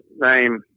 name